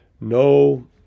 No